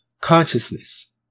consciousness